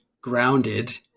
grounded